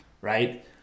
right